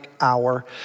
hour